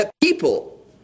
people